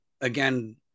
again